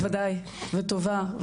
בוודאי, וטובה.